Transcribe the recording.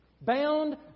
bound